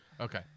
Okay